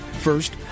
First